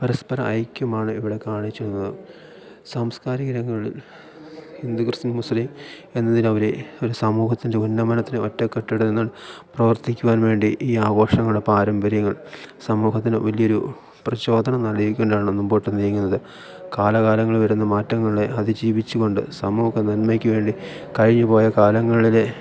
പരസ്പര ഐക്യമാണ് ഇവിടെ കാണിച്ചു തന്നത് സാംസ്കാരിക രംഗങ്ങളിൽ ഹിന്ദു ക്രിസ്ത്യൻ മുസ്ലിം എന്നതിൽ ഉപരി ഒരു സമൂഹത്തിൻ്റെ ഉന്നമനത്തിന് ഒറ്റക്കെട്ട് പ്രവർത്തിക്കാൻ വേണ്ടി ഈ ആഘോഷങ്ങളെ പാരമ്പര്യങ്ങൾ സമൂഹത്തിന് വലിയ ഒരു പ്രചോദനം നൽകി കൊണ്ടാണ് മുമ്പോട്ട് നീങ്ങുന്നത് കാലാകാലങ്ങളിൽ വരുന്ന മാറ്റങ്ങളെ അതിജീവിച്ചു കൊണ്ട് സമൂഹനന്മയ്ക്ക് വേണ്ടി കഴിഞ്ഞു പോയ കാലങ്ങളിലെ